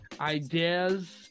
Ideas